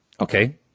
Okay